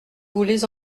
voulez